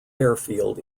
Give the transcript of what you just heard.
airfield